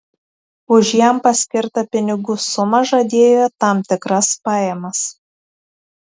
už jam paskirtą pinigų sumą žadėjo tam tikras pajamas